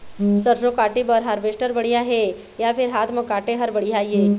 सरसों काटे बर हारवेस्टर बढ़िया हे या फिर हाथ म काटे हर बढ़िया ये?